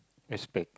expect